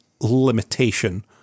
limitation